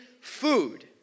food